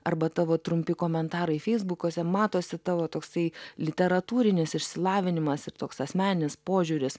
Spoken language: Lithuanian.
arba tavo trumpi komentarai feisbukuose matosi tavo toksai literatūrinis išsilavinimas ir toks asmeninis požiūris